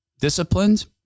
Disciplined